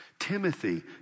Timothy